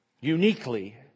uniquely